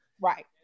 Right